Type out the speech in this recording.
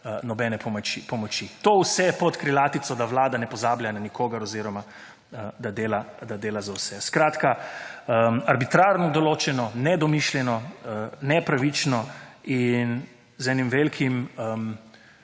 nobene pomoči. To vse pod krilatico, da vlada ne pozablja na nikogar oziroma da dela za vse. Skratka, arbitrarno določeno, nedomišljeno, nepravično in z eno veliko